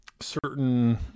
certain